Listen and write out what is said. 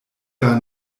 gar